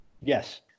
Yes